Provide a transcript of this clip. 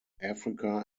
africa